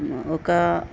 ఒక